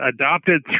adopted